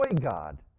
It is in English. God